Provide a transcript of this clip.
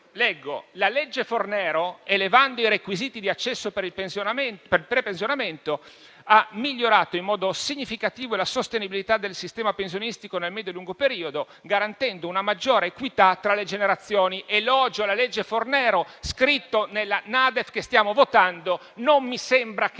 leggo: la legge Fornero, elevando i requisiti di accesso per il prepensionamento, ha migliorato in modo significativo la sostenibilità del sistema pensionistico nel medio e lungo periodo, garantendo una maggiore equità tra le generazioni. È un elogio alla legge Fornero scritto nella NADEF che stiamo votando; non mi sembra che